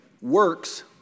works